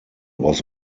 was